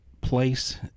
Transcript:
place